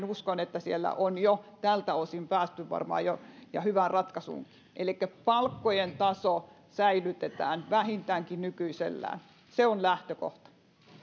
uskon että siellä on jo tältä osin päästy varmaan hyvään ratkaisuun elikkä palkkojen taso säilytetään vähintäänkin nykyisellään se on lähtökohta